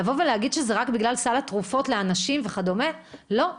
לבוא ולהגיד שזה רק בגלל סל התרופות לאנשים וכדומה - לא.